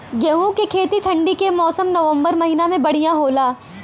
गेहूँ के खेती ठंण्डी के मौसम नवम्बर महीना में बढ़ियां होला?